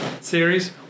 series